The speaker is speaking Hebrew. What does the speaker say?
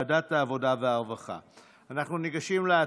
לוועדת העבודה והרווחה נתקבלה.